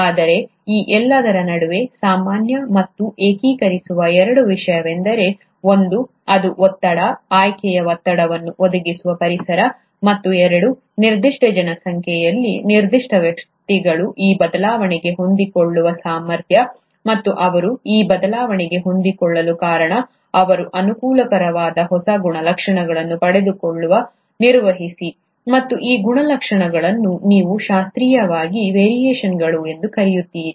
ಆದರೆ ಈ ಎಲ್ಲದರ ನಡುವೆ ಸಾಮಾನ್ಯ ಮತ್ತು ಏಕೀಕರಿಸುವ ಎರಡು ವಿಷಯವೆಂದರೆ ಒಂದು ಅದು ಒತ್ತಡ ಆಯ್ಕೆಯ ಒತ್ತಡವನ್ನು ಒದಗಿಸುವ ಪರಿಸರ ಮತ್ತು ಎರಡು ನಿರ್ದಿಷ್ಟ ಜನಸಂಖ್ಯೆಯಲ್ಲಿ ನಿರ್ದಿಷ್ಟ ವ್ಯಕ್ತಿಗಳು ಆ ಬದಲಾವಣೆಗೆ ಹೊಂದಿಕೊಳ್ಳುವ ಸಾಮರ್ಥ್ಯ ಮತ್ತು ಅವರು ಆ ಬದಲಾವಣೆಗೆ ಹೊಂದಿಕೊಳ್ಳಲು ಕಾರಣ ಅವರು ಅನುಕೂಲಕರವಾದ ಹೊಸ ಗುಣಲಕ್ಷಣಗಳನ್ನು ಪಡೆದುಕೊಳ್ಳಲು ನಿರ್ವಹಿಸಿ ಮತ್ತು ಈ ಗುಣಲಕ್ಷಣಗಳನ್ನು ನೀವು ಶಾಸ್ತ್ರೀಯವಾಗಿ ವೇರಿಯೇಷನ್ಗಳು ಎಂದು ಕರೆಯುತ್ತೀರಿ